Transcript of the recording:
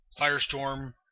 Firestorm